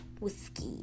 whiskey